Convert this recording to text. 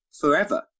forever